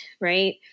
right